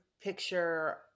picture